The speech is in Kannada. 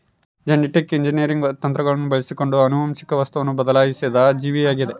ಜೆನೆಟಿಕ್ ಇಂಜಿನಿಯರಿಂಗ್ ತಂತ್ರಗಳನ್ನು ಬಳಸಿಕೊಂಡು ಆನುವಂಶಿಕ ವಸ್ತುವನ್ನು ಬದಲಾಯಿಸಿದ ಜೀವಿಯಾಗಿದ